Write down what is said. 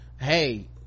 hey